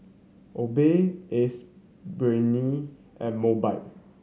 Obey Ace Brainery and Mobike